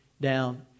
down